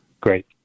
Great